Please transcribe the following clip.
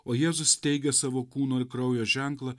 o jėzus teigia savo kūno ir kraujo ženklą